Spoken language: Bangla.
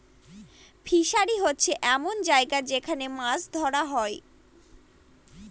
ফিসারী হচ্ছে এমন জায়গা যেখান মাছ ধরা হয়